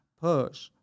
push